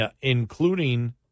including